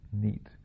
neat